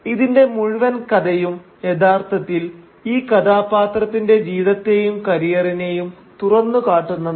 ഇതിന്റെ മുഴുവൻ കഥയും യഥാർത്ഥത്തിൽ ഈ കഥാപാത്രത്തിന്റെ ജീവിതത്തെയും കരിയറിനെയും തുറന്നുകാട്ടുന്നതാണ്